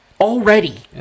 already